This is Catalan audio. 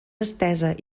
estesa